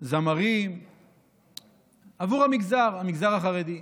זמרים עבור המגזר החרדי.